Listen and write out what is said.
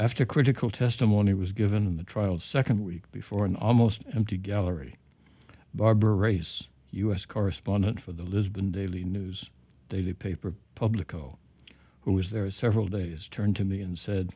after critical testimony was given the trial second week before an almost empty gallery barber race u s correspondent for the lisbon daily news they the paper publico who is there are several days turned to me and said